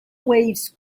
waves